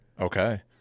Okay